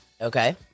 Okay